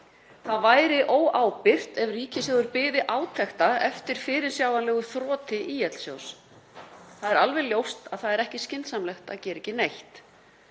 Það væri óábyrgt ef ríkissjóður biði átekta eftir fyrirsjáanlegu þroti ÍL-sjóðs. Það er alveg ljóst að það er ekki skynsamlegt að gera ekki neitt.